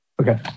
Okay